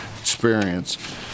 experience